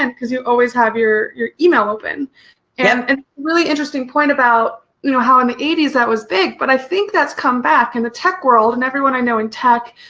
and because you always have your your email open and and really interesting point about you know how in the eighty s that was big but i think that's come back in the tech world and everyone i know in tech.